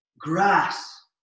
grass